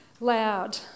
Loud